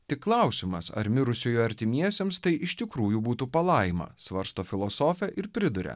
tik klausimas ar mirusiųjų artimiesiems tai iš tikrųjų būtų palaima svarsto filosofė ir priduria